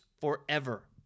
forever